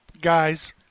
Guys